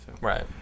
right